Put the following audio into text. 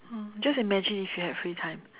oh just imagine if you had free time